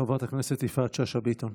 חברת הכנסת יפעת שאשא ביטון.